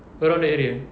around that area